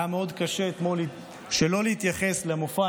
היה מאוד קשה אתמול שלא להתייחס למופע